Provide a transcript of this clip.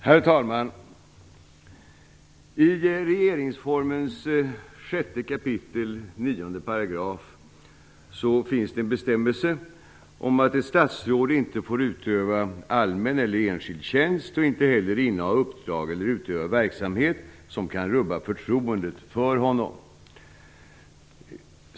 Herr talman! I regeringsformen 6 kap. 9 § finns en bestämmelse om att ett statsråd inte får utöva allmän eller enskild tjänst och inte heller inneha uppdrag eller utöva verksamhet som kan rubba förtroendet för honom.